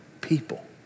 people